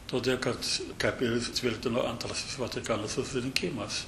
todėl kad kaip įtvirtino antrasis vatikano susirinkimas